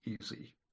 easy